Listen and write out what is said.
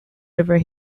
over